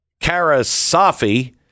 Karasafi